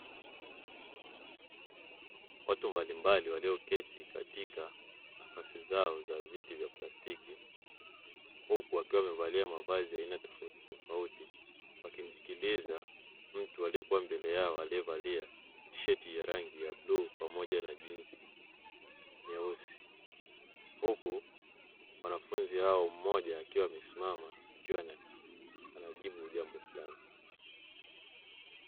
Watu mbalimbali walioketi katika nafasi zao za viti vya plastiki, huku wakiwa wamevalia mavazi ya aina tofauti tofauti wakimsikiliza mtu aliyekuwa mbele yao aliyevalia tisheti ya rangi ya bluu pamoja na jinsi nyeusi, huku wanafunzi hao mmoja akiwa amesimama akiwa anajibu jambo fulani.